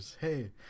hey